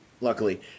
luckily